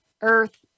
earth